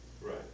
Right